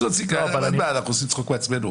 מה, אנחנו עושים צחוק מעצמנו?